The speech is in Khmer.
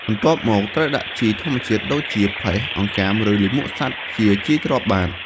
បន្ទាប់មកត្រូវដាក់ជីធម្មជាតិដូចជា ផេះ អង្កាម ឬលាមកសត្វជាជីទ្រាប់បាត។